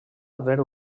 haver